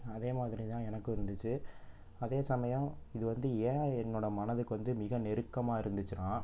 அதே மாதிரிதான் எனக்கும் இருந்துச்சு அதே சமயம் இது வந்து என் என்னோடய மனதுக்கு வந்து மிக நெருக்கமாக இருந்துச்சுன்னால்